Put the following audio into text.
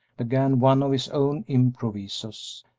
began one of his own improvisos,